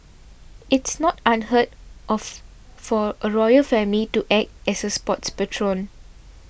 it's not unheard of for a royal family to act as a sports patron